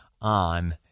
on